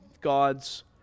God's